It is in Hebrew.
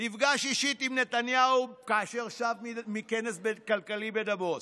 נפגש אישית עם נתניהו כאשר שב מכנס כלכלי בדבוס.